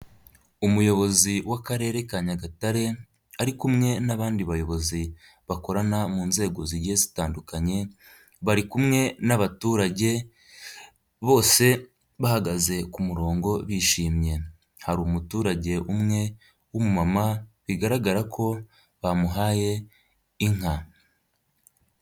Umuyobozi w'akarere ka Nyagatare ari kumwe n'abandi bayobozi bakorana mu nzego zigiye zitandukanye, bari kumwe n'abaturage bose bahagaze ku murongo bishimye, hari umuturage umwe w'umumama bigaragara ko bamuhaye inka.